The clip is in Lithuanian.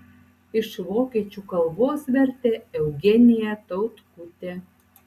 iš vokiečių kalbos vertė eugenija tautkutė